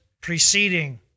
preceding